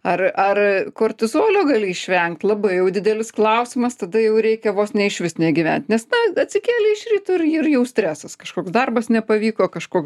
ar ar kortizolio gali išvengt labai jau didelis klausimas tada jau reikia vos ne išvis negyvent nes na atsikėlė iš ryto ir ir jau stresas kažkoks darbas nepavyko kažkoks